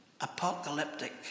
apocalyptic